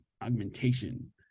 augmentation